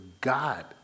God